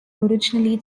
originally